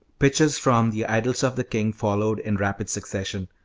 pictures from the idylls of the king followed in rapid succession,